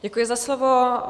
Děkuji za slovo.